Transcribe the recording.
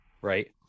right